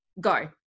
go